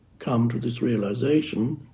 come to this realization